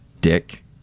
Dick